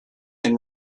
and